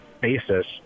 basis